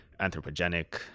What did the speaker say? anthropogenic